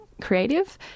creative